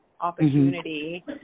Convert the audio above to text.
opportunity